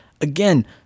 Again